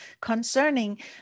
concerning